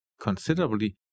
considerably